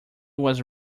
was